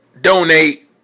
Donate